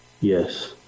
Yes